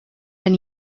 been